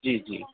جی جی